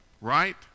right